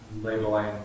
labeling